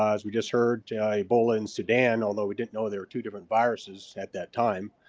as we just heard ebola in sudan, although we didn't know there were two different viruses at that time.